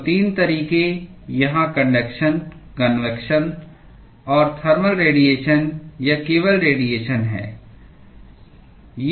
तो 3 तरीके यहां कन्डक्शन कन्वेक्शन और थर्मल रेडीएशन या केवल रेडीएशन हैं